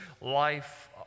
life